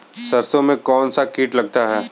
सरसों में कौनसा कीट लगता है?